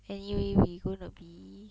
anyway we going to be